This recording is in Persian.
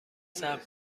صبر